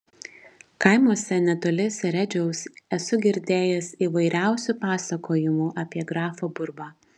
kaimuose netoli seredžiaus esu girdėjęs įvairiausių pasakojimų apie grafą burbą